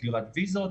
סגירת ויזות,